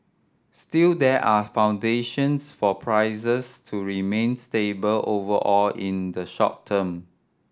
still there are foundations for prices to remain stable overall in the short term